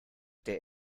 der